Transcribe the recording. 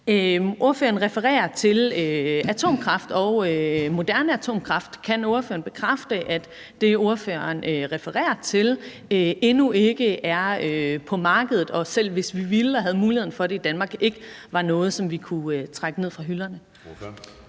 Ordføreren refererer til atomkraft og moderne atomkraft. Kan ordføreren bekræfte, at det, ordføreren refererer til, endnu ikke er på markedet, og at det, selv hvis vi ville og havde muligheden for det i Danmark, ikke var noget, som vi kunne trække ned fra hylderne?